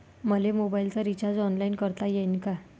मले मोबाईलच recharge online करता येईन का?